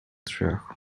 drzwiach